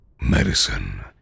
medicine